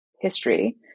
history